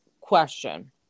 question